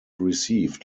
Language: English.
received